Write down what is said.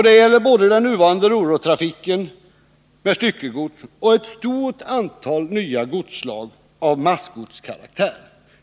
De gäller både den nuvarande ro-rotrafiken med styckegods och ett stort antal nya godsslag av massgodskaraktär.